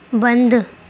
بند